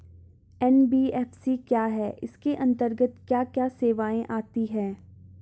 NBFC क्या है इसके अंतर्गत क्या क्या सेवाएँ आती हैं?